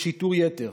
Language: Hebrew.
לשיטור יתר,